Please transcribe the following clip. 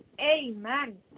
Amen